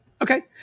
Okay